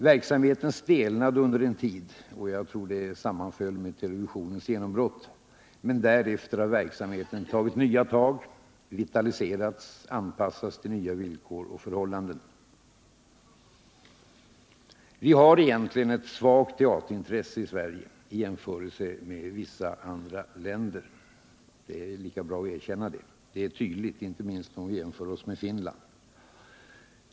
Verksamheten stelnade under en tid — jag tror det sammanföll med televisionens genombrott — men därefter har verksamheten tagit nya tag, vitaliserats, anpassats till nya villkor och förhållanden. Vi har egentligen — det är lika bra att erkänna det — ett svagt teaterintresse i Sverige i jämförelse med vissa andra länder. Det är tydligt inte minst om vi jämför oss med Finland.